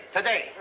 Today